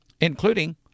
including